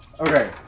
Okay